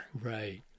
Right